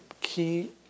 key